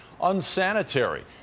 unsanitary